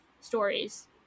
stories